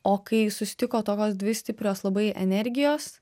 o kai susitiko tokios dvi stiprios labai energijos